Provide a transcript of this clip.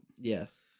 Yes